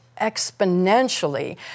exponentially